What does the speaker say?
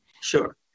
Sure